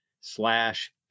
slash